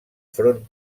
front